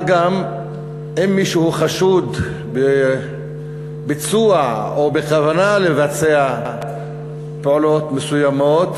מה גם שאם מישהו חשוד בביצוע או בכוונה לבצע פעולות מסוימות,